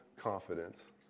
confidence